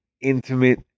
intimate